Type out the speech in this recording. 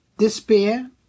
despair